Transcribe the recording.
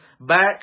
back